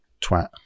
twat